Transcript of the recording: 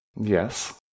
Yes